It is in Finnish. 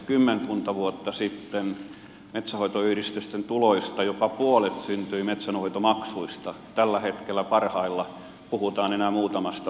kymmenkunta vuotta sitten metsänhoitoyhdistysten tuloista jopa puolet syntyi metsänhoitomaksuista tällä hetkellä parhaillaan puhutaan enää muutamasta prosentista